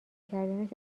کردنش